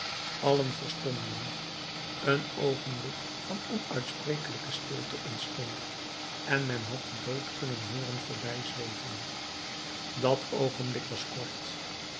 allen verstomden een oogenblik van onuitsprekelijke stilte ontstond en men had den dood kunnen hooren voorbijzweven dat oogenblik was kort